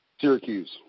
Syracuse